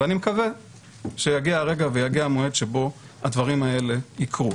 אני מקווה שיגיע הרגע ויגיע המועד שבו הדברים האלה יקרו.